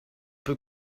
peu